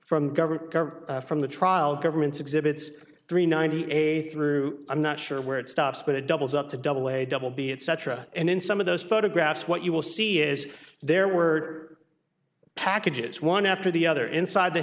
car from the trial government's exhibits three ninety eight through i'm not sure where it stops but it doubles up to double a double b etc and in some of those photographs what you will see is there were packages one after the other inside the